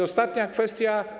Ostatnia kwestia.